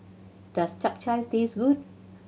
does Chap Chai taste good